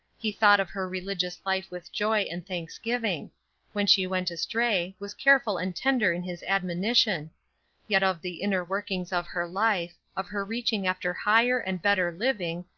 he thought of her religious life with joy and thanksgiving when she went astray, was careful and tender in his admonition yet of the inner workings of her life, of her reaching after higher and better living,